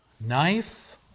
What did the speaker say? knife